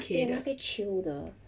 那些那些 chill 的